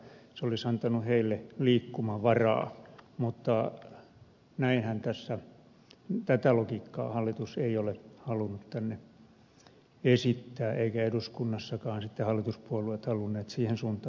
se olisi antanut niille liikkumavaraa mutta tätä logiikkaa hallitus ei ole halunnut esittää eivätkä eduskunnassakaan sitten hallituspuolueet halunneet siihen suuntaan tätä muuttaa